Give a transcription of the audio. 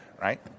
Right